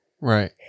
Right